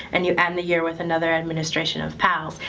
and you end the year with another administration of pals.